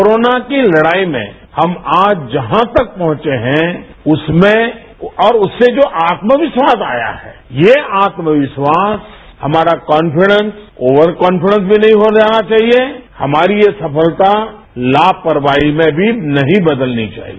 corona की लड़ाई में हम आज जहां तक पहुंचे हैं उसमें और उससे जो आत्मविश्वास आया है ये आत्मविश्वास हमारा कॉन्फिडेंस ऑवर कॉन्फिडेंस भी नहीं हो जाना चाहिए हमारी ये सफलता लापरवाही में भी नहीं बदलनी चाहिए